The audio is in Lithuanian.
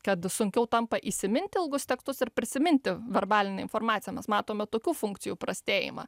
kad sunkiau tampa įsiminti ilgus tekstus ir prisiminti verbalinę informaciją mes matome tokių funkcijų prastėjimą